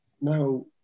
now